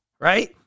right